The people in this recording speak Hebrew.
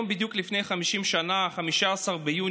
היום בשעה 16:00,